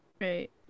Right